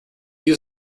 used